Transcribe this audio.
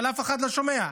אבל אף אחד לא שומע.